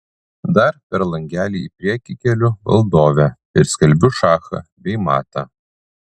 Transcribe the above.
dar per langelį į priekį keliu valdovę ir skelbiu šachą bei matą